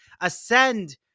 ascend